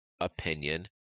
opinion